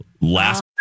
Last